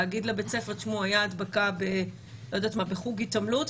נורא קל להגיד לבית ספר: הייתה הדבקה בחוג התעמלות.